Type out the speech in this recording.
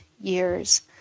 years